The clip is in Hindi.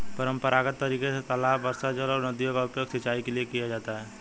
परम्परागत तरीके से तालाब, वर्षाजल और नदियों का उपयोग सिंचाई के लिए किया जाता है